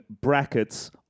brackets